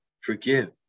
forgive